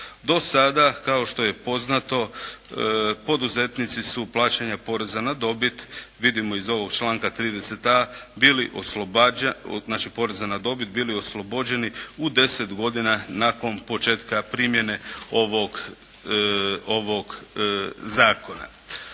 Do sada kao što je poznato poduzetnici su plaćanja poreza na dobit, vidimo iz ovog članka 30.a bili oslobođeni u 10 godina nakon početka primjene ovog zakona.